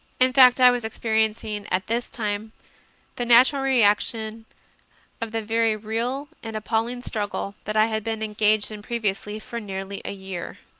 in fact, i was experiencing at this time the nat ural reaction of the very real and appalling struggle that i had been engaged in previously for nearly a year.